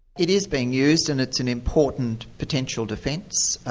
it is being used and it's an important potential defence.